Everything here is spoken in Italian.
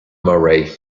murray